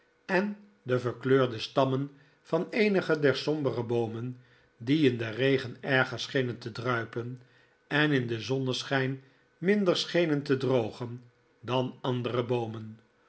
en de verkleurde stammen van eenige der sombere boomen die in den regen erger schenen te druipen en in den zonneschijn minder schenen te drogen dan andere boomen